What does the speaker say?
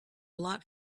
lot